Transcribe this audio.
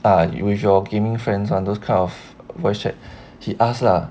ah usual gaming friends [one] those kind of voice chat he ask lah